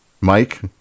Mike